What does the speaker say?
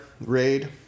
raid